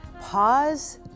pause